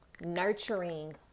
nurturing